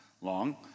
long